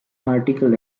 articles